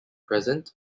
present